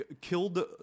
killed